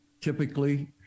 typically